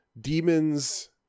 demons